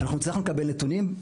אנחנו הצלחנו לקבל נתונים,